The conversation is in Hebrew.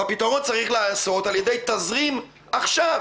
והפתרון צריך להיעשות על ידי תזרים עכשיו.